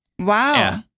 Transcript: Wow